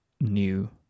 new